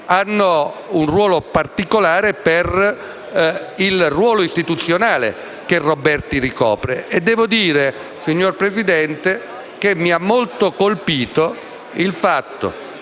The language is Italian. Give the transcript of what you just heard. hanno un rilievo particolare per il ruolo istituzionale che egli riveste. Devo dire, signor Presidente, che mi ha molto colpito il fatto